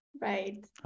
Right